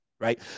right